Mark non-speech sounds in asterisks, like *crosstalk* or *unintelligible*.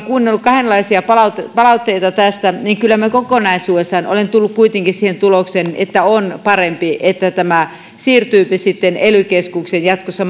*unintelligible* kuunnellut kahdenlaisia palautteita palautteita tästä niin kyllä minä kokonaisuudessaan olen tullut kuitenkin siihen tulokseen että on parempi että tämä siirtyypi sitten ely keskukseen jatkossa *unintelligible*